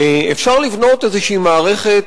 אפשר לבנות איזו מערכת,